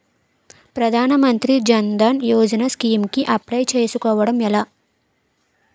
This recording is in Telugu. ప్రధాన మంత్రి జన్ ధన్ యోజన స్కీమ్స్ కి అప్లయ్ చేసుకోవడం ఎలా?